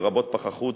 לרבות פחחות,